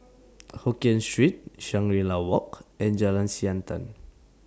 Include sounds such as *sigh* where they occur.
*noise* Hokkien Street Shangri La Walk and Jalan Siantan